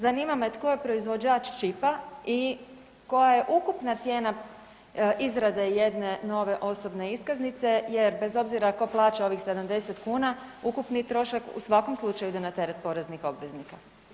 Zanima me tko je proizvođač čipa i koja je ukupna cijena izrade jedne nove osobne iskaznice jer bez obzira tko plaća ovih 70 kuna ukupni trošak u svakom slučaju ide na teret poreznih obveznika.